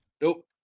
Nope